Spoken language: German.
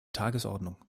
tagesordnung